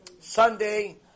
Sunday